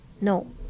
no